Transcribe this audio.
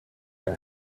der